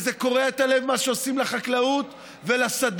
וקורע את הלב מה שעושים לחקלאות ולשדות.